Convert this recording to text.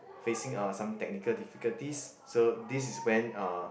facing uh some technical difficulties so this is when uh